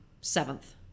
seventh